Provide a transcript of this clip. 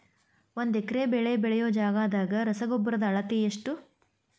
ಒಂದ್ ಎಕರೆ ಬೆಳೆ ಬೆಳಿಯೋ ಜಗದಾಗ ರಸಗೊಬ್ಬರದ ಅಳತಿ ಎಷ್ಟು?